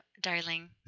darling